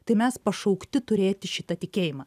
tai mes pašaukti turėti šitą tikėjimą